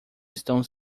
estão